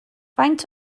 faint